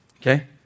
okay